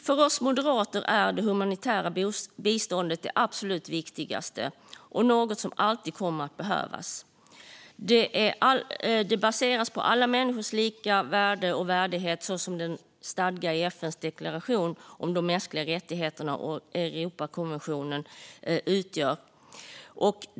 För oss moderater är det humanitära biståndet det absolut viktigaste och något som alltid kommer att behövas. Det baseras på alla människors lika värde och värdighet som stadgas i FN:s deklaration om de mänskliga rättigheterna och i Europakonventionen.